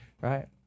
right